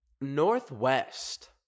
Northwest